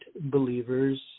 believers